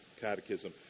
Catechism